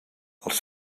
els